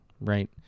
right